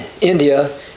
India